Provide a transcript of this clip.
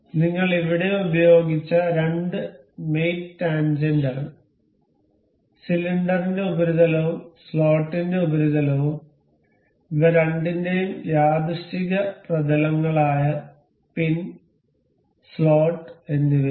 നിങ്ങൾ ഇവിടെ ഉപയോഗിച്ച രണ്ട് മേറ്റ് ടാൻജെന്റ് ആണ് സിലിണ്ടറിന്റെ ഉപരിതലവും സ്ലോട്ടിന്റെ ഉപരിതലവും ഇവ രണ്ടിന്റെയും യാദൃശ്ചിക പ്രതലങ്ങളായ പിൻ സ്ലോട്ട് എന്നിവയാണ്